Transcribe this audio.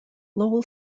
lowell